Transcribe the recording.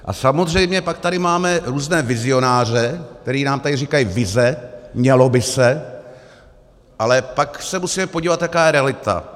A samozřejmě pak tady máme různé vizionáře, kteří nám tady říkají vize, mělo by se, ale pak se musíme podívat, jaká je realita.